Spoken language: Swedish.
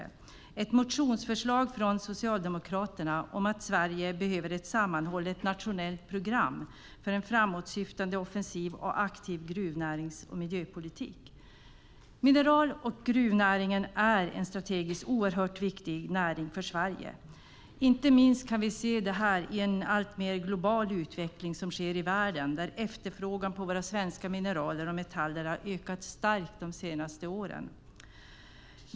Det är ett motionsförslag från Socialdemokraterna om att Sverige behöver ett sammanhållet nationellt program för en framåtsyftande offensiv och aktiv gruvnärings och miljöpolitik. Mineral och gruvnäringen är en strategiskt oerhört viktig näring för Sverige. Inte minst kan vi se det i den alltmer globala utveckling som sker i världen där efterfrågan på våra svenska mineraler och metaller har ökat starkt de senaste åren.